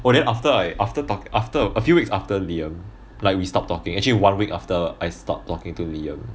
well then after I after talking after a few weeks after liam like we stopped talking actually one week after I start talking to liam